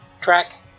track